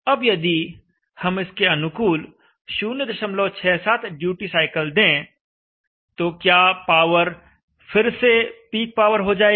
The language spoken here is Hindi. अब यदि हम इसके अनुकूल 067 ड्यूटी साइकिल दें तो क्या पावर फिर से पीक पावर हो जाएगी